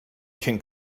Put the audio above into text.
can